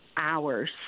hours